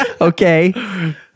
Okay